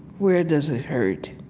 where does it hurt?